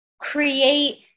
create